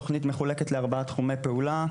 מחולקת לארבעה תחומי פעולה.